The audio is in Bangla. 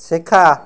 শেখা